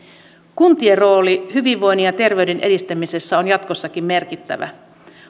kuntien rooli hyvinvoinnin ja terveyden edistämisessä on jatkossakin merkittävä